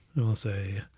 it will say